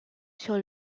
sur